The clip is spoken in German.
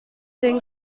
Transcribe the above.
den